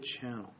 channel